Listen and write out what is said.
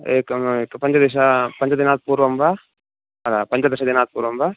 एकम् एकं पञ्चदश पञ्चदिनात् पूर्वं वा कदा पञ्चदशदिनात् पूर्वं वा